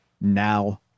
now